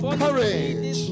courage